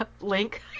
link